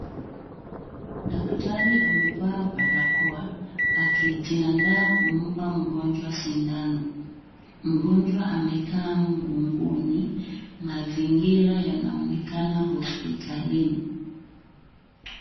Daktari amevaa barakoa akijiandaa kumpa mgonjwa sindano. Mgonjwa amekaa mgongoni, mazingira yanaonekana hospitalini.